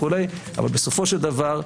אבל בסופו של דבר,